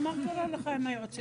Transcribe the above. מה קרה לך עם היעוץ המשפטי?